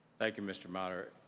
thank you, mr. moderator.